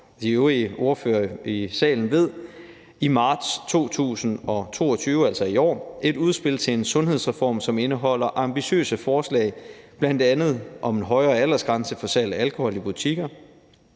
de øvrige ordførere i salen ved, i marts 2022, altså i år, et udspil til en sundhedsreform, som indeholder ambitiøse forslag, bl.a. om en højere aldersgrænse for salg af alkohol i butikkerne.